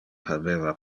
habeva